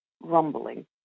rumbling